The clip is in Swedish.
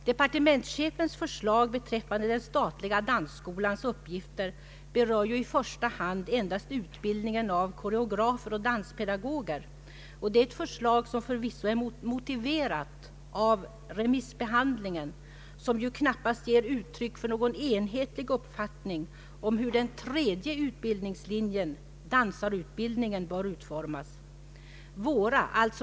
Departementschefens förslag beträffande den statliga dansskolans uppgifter berör ju i första hand endast utbildningen av koreografer och danspedagoger. Förslaget är förvisso motiverat av remissbehandlingen, som knappast ger uttryck för enhetlig uppfattning om hur dansarutbildningen bör utformas.